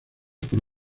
por